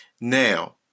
Now